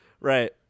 Right